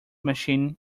machine